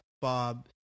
Bob